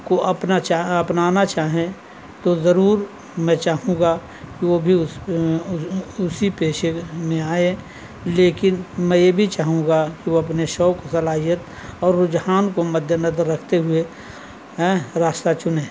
کو اپنا چاہ اپنانا چاہیں تو ضرور میں چاہوں گا کہ وہ بھی اس اسی پیشے میں آئیں لیکن میں یہ بھی چاہوں گا کہ وہ اپنے شوق صلاحیت اور رجحان کو مد نظر رکھتے ہوئے راستہ چنیں